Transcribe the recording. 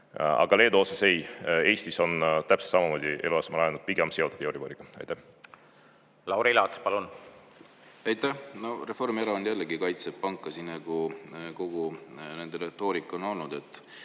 Aga Leedu osas ei, Eestis on täpselt samamoodi eluasemelaenud pigem seotud euriboriga. Lauri Laats, palun! Aitäh! Reformierakond jällegi kaitseb pankasid, nagu kogu nende retoorika on olnud,